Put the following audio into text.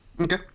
Okay